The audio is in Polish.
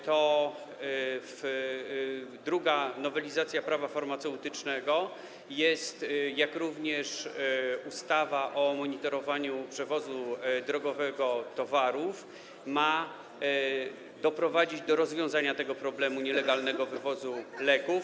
to druga nowelizacja Prawa farmaceutycznego, jak również ustawa o monitorowaniu przewozu drogowego towarów mają doprowadzić do rozwiązania problemu nielegalnego wywozu leków.